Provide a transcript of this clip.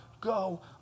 go